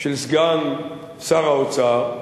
של סגן שר האוצר,